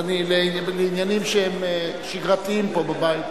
לעניינים שגרתיים פה בבית,